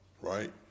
right